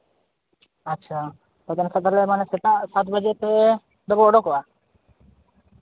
ᱟᱪᱪᱷᱟ ᱮᱱᱠᱷᱟᱡ ᱛᱟᱦᱚᱞᱮ ᱢᱟᱱᱮ ᱥᱮᱛᱟᱜ ᱥᱟᱛ ᱵᱟᱡᱮ ᱛᱮ ᱵᱚᱱ ᱚᱰᱚᱠᱚᱜᱼᱟ